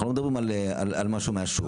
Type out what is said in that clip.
אנחנו לא מדברים על משהו מהשוק,